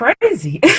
crazy